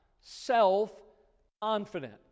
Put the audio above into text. self-confident